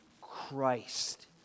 Christ